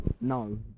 No